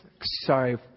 Sorry